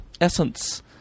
essence